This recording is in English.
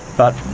but,